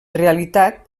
realitat